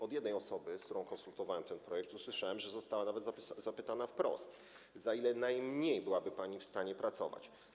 Od jednej osoby, z którą konsultowałem ten projekt, usłyszałem, że została nawet zapytana wprost: Za ile najmniej byłaby pani w stanie pracować?